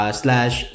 slash